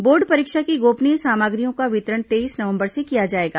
board परीक्षा की गोपनीय सामग्रियों का वितरण तेईस नवंबर से किया जाएगा